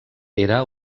era